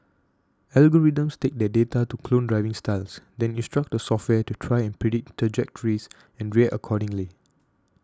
algorithms take that data to clone driving styles then instruct the software to try and predict trajectories and react accordingly